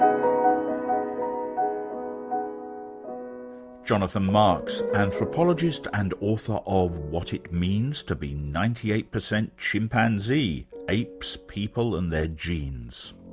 um jonathan marks, anthropologist and author of what it means to be ninety eight percent chimpanzee apes, people and their genes.